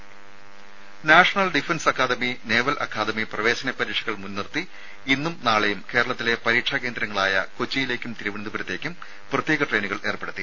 രുമ national defence academy naval academy പ്രവേശന പരീക്ഷകൾ മുൻനിർത്തി ഇന്നും നാളെയും കേരളത്തിലെ പരീക്ഷാ കേന്ദ്രങ്ങളായ കൊച്ചിയിലേക്കും തിരുവനന്തപുരത്തേക്കും പ്രത്യേക ട്രെയിനുകൾ ഏർപ്പെടുത്തി